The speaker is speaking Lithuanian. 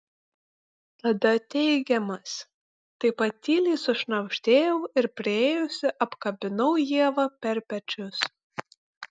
tada teigiamas taip pat tyliai sušnabždėjau ir priėjusi apkabinau ievą per pečius